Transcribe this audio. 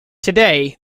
today